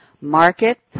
market